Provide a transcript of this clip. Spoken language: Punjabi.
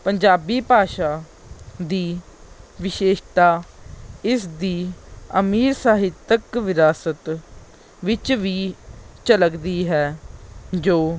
ਪੰਜਾਬੀ ਭਾਸ਼ਾ ਦੀ ਵਿਸ਼ੇਸ਼ਤਾ ਇਸ ਦੀ ਅਮੀਰ ਸਾਹਿਤਕ ਵਿਰਾਸਤ ਵਿੱਚ ਵੀ ਝਲਕਦੀ ਹੈ ਜੋ